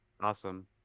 Awesome